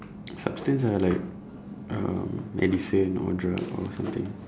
substance ah like um medicine or drug or something